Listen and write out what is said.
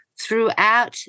throughout